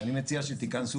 אני מנסה